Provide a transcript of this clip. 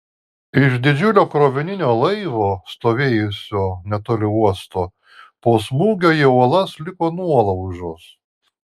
iš didžiulio krovininio laivo stovėjusio netoli uosto po smūgio į uolas liko nuolaužos